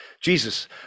Jesus